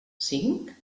cinc